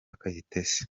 kayitesi